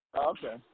Okay